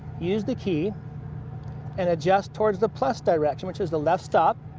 use the key and adjust towards the plus direction, which is the left stop.